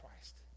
Christ